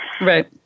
Right